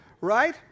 Right